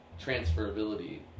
transferability